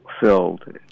filled